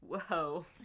whoa